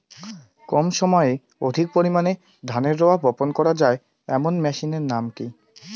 কম সময়ে অধিক পরিমাণে ধানের রোয়া বপন করা য়ায় এমন মেশিনের নাম কি?